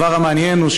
הדבר המעניין הוא,